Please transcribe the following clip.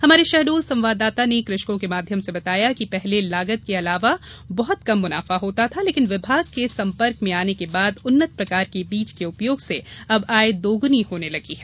हमारे शहडोल संवाददाता ने कृषकों के माध्यम से बताया कि पहले लागत के अलावा बहुत कम मुनाफा होता था लेकिन विभाग के संपर्क में आने के बाद उन्नत प्रकार के बीज के उपयोग से अब आय दुगनी होने लगी है